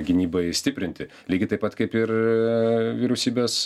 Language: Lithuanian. gynybai stiprinti lygiai taip pat kaip ir vyriausybės